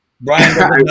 Brian